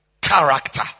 character